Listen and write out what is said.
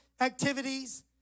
activities